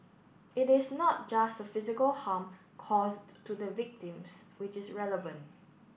it is not just the physical harm caused to the victims which is relevant